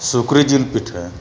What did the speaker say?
ᱥᱩᱠᱨᱤ ᱡᱤᱞ ᱯᱤᱴᱷᱟᱹ